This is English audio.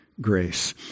grace